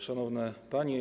Szanowne Panie!